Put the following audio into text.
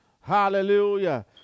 Hallelujah